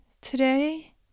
Today